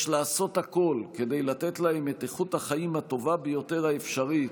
יש לעשות הכול כדי לתת להם את איכות החיים הטובה ביותר האפשרית,